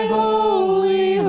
holy